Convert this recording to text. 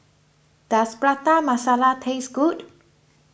does Prata Masala taste good